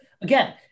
Again